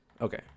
Okay